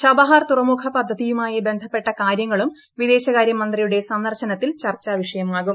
ഛാബഹാർ തുറമുഖ പദ്ധതിയുമായി ബന്ധപ്പെട്ട കാര്യങ്ങളും വിദേശകാര്യമന്ത്രിയുടെ സന്ദർശനത്തിൽ ചർച്ചാ വിഷയമാകും